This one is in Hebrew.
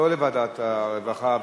לא לוועדת הרווחה והבריאות.